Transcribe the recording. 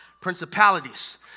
Principalities